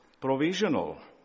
provisional